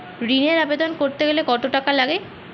ঋণের আবেদন করতে গেলে কত টাকা লাগে?